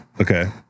Okay